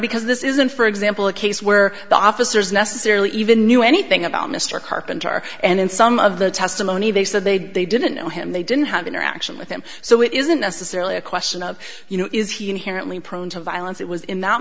because this isn't for example a case where the officers necessarily even knew anything about mr carpenter and in some of the testimony they said they did they didn't know him they didn't have interaction with him so it isn't necessarily a question of you know is he an inherently prone to violence it was in that